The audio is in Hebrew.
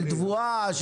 של תבואה,